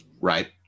Right